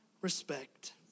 respect